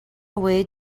away